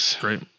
Great